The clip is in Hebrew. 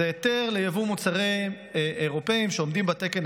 זה היתר ליבוא מוצרים אירופיים שעומדים בתקן